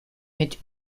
mit